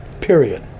period